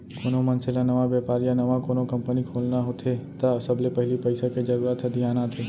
कोनो मनसे ल नवा बेपार या नवा कोनो कंपनी खोलना होथे त सबले पहिली पइसा के जरूरत ह धियान आथे